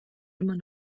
immer